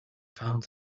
found